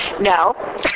No